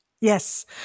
Yes